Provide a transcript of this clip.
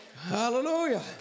Hallelujah